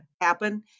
happen